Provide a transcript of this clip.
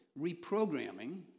reprogramming